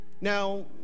Now